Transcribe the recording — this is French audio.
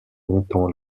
longtemps